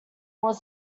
was